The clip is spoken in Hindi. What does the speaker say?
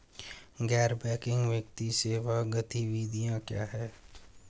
गैर बैंकिंग वित्तीय सेवा गतिविधियाँ क्या हैं?